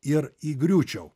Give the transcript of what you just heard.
ir įgriūčiau